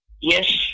Yes